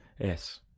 yes